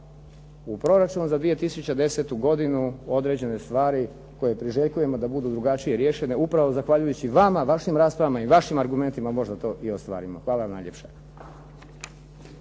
u proračunu za 2010. godinu određene stvari koje priželjkujemo da budu drugačije riješene upravo zahvaljujući vama, vašim raspravama i vašim argumentima možda to i ostvarimo. Hvala vam najljepša.